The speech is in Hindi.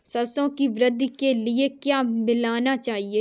सरसों की वृद्धि के लिए क्या मिलाना चाहिए?